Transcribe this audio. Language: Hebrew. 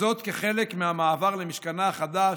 כחלק מהמעבר למשכנה החדש,